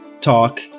talk